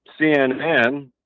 CNN